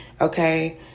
okay